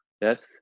Yes